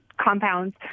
compounds